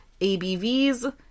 ABVs